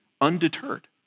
undeterred